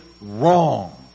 wrong